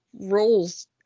roles